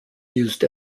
used